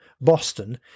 Boston